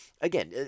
again